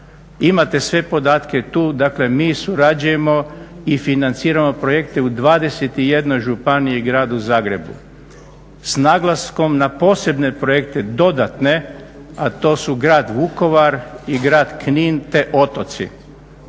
Imate sve podatke tu, dakle mi surađujemo i financiramo projekte u 21 županiji u gradu Zagrebu s naglaskom na posebne projekte dodatne a to su grad Vukovar i grad Knin te otoci.